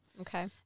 Okay